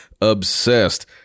obsessed